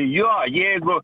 jo jeigu